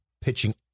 pitching